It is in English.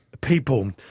people